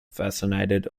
fascinated